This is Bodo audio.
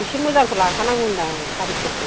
एसे मोजांखौ लाखानांगौ होनदां खारिखरखौ